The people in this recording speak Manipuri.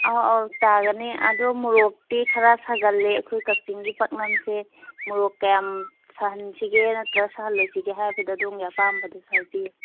ꯑꯥꯎ ꯑꯥꯎ ꯇꯥꯒꯅꯤ ꯑꯗꯣ ꯃꯣꯔꯣꯛꯇꯤ ꯈꯔ ꯁꯒꯜꯂꯦ ꯑꯩꯈꯣꯏ ꯀꯛꯆꯤꯡꯒꯤ ꯄꯥꯛꯅꯝꯁꯦ ꯃꯣꯔꯣꯛ ꯀꯌꯥꯝ ꯁꯥꯍꯟꯁꯤꯒꯦ ꯅꯠꯇꯔꯒ ꯁꯥꯍꯁꯜꯂꯣꯏꯁꯤꯒꯦ ꯍꯥꯏꯕꯗꯣ ꯑꯗꯣꯝꯒꯤ ꯑꯄꯥꯝꯕꯗꯨꯁꯨ ꯍꯥꯏꯕꯤꯌꯨ